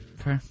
Okay